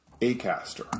Acaster